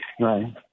Right